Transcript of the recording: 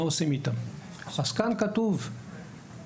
״מה עושים איתם?״ התשובה שכתובה כאן היא: